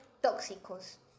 tóxicos